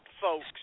folks